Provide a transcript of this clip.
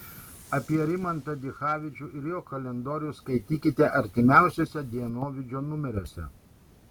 apie rimantą dichavičių ir jo kalendorius skaitykite artimiausiuose dienovidžio numeriuose